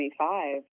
25